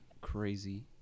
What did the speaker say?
crazy